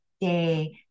day